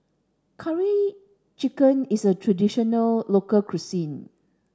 curry chicken is a traditional local cuisine